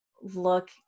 look